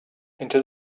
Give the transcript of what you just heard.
into